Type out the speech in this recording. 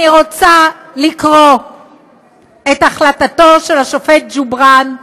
אני רוצה לקרוא את החלטתו של השופט ג'ובראן,